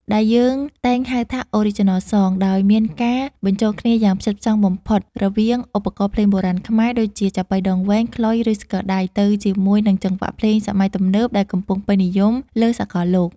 ដែលយើងតែងហៅថា Original Songs ដោយមានការបញ្ចូលគ្នាយ៉ាងផ្ចិតផ្ចង់បំផុតរវាងឧបករណ៍ភ្លេងបុរាណខ្មែរ ដូចជាចាប៉ីដងវែង ខ្លុយ ឬស្គរដៃ ទៅជាមួយនឹងចង្វាក់ភ្លេងសម័យទំនើបដែលកំពុងពេញនិយមលើសកលលោក។